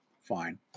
fine